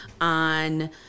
on